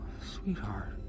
sweetheart